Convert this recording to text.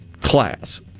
class